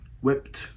whipped